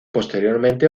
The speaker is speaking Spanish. posteriormente